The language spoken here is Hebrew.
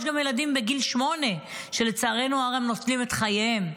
יש גם ילדים בגיל שמונה שלצערנו הרב נוטלים את חייהם,